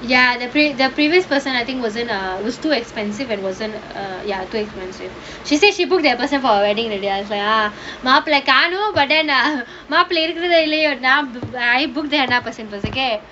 ya the the previous person I think wasn't uh was too expensive and wasn't err she say she booked that person for her wedding already I was like ah மாப்புள காணோம்:maappula kaanom but then ah மாப்புள இருக்குறதா இல்லையோ நான்:maappula irukkurathaa illaiyo naan I booked pasen paseke